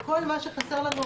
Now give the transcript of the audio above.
כל מה שחסר לנו,